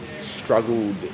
struggled